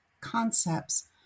concepts